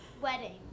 wedding